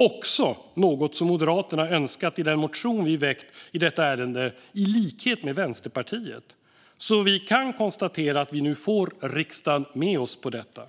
och det är något som Moderaterna önskat i den motion vi väckt i detta ärende - i likhet med Vänsterpartiet. Vi kan konstatera att vi nu får riksdagen med oss på detta.